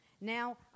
Now